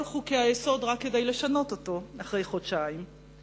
חוקי-היסוד רק כדי לשנות אותו אחרי חודשיים,